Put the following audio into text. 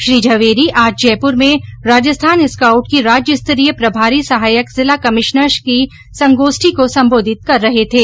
श्री झवेरी आज जयपुर में राजस्थान स्काउट की राज्यस्तरीय प्रभारी सहायक जिला कमीशनर्स की संगोष्ठी को संबोधित कर रहे थे